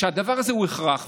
שהדבר הזה הוא הכרח.